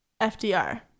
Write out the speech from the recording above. FDR